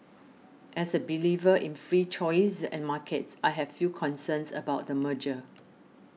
as a believer in free choice and markets I have few concerns about the merger